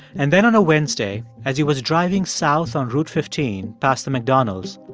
and then on a wednesday, as he was driving south on route fifteen past the mcdonald's,